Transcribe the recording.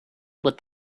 what